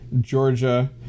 Georgia